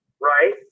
right